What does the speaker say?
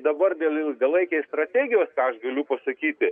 dabar dėl ilgalaikės strategijos ką aš galiu pasakyti